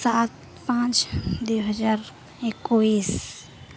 ସାତ ପାଞ୍ଚ ଦୁଇ ହଜାର ଏକୋଇଶି